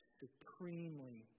supremely